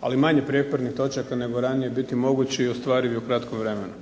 ali manje prijepornih točaka nego ranije biti mogući i ostvarivi u kratkom vremenu.